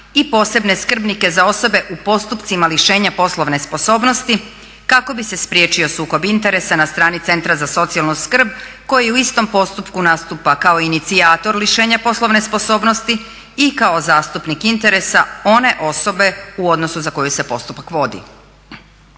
i posebne skrbnike za osobe u postupcima lišenja poslovne sposobnosti kako bi se spriječio sukob interesa na strani Centra za socijalnu skrb koji u istom postupku nastupa kao inicijator lišenja poslovne sposobnosti i kao zastupnik interesa one osobe u odnosu za koju se postupak vodi.